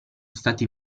stati